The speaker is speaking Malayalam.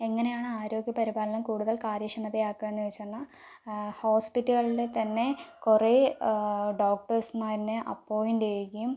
എങ്ങനെയാണ് ആരോഗ്യപരിപാലനം കൂടുതൽ കാര്യക്ഷമത ആക്കാമെന്ന് ചോദിച്ചു പറഞ്ഞാൽ ഹോസ്പിറ്റലുകളുടെ തന്നെ കുറേ ഡോക്ടഴ്സ്മാരെ അപ്പോയിന്റ് ചെയ്യുകയും